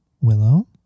Willow